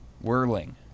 Whirling